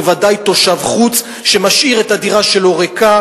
בוודאי לתושב חוץ שמשאיר את הדירה שלו ריקה